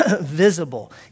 visible